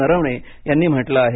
नरवणे यांनी म्हटलं आहे